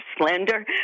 slender